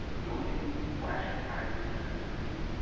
don't use flashy ties or accessories.